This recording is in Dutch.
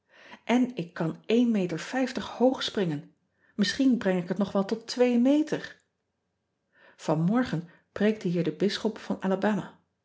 n ik kan boog springen misschien breng ik het nog wel tot twee eter an morgen preekte hier de bisschop van labama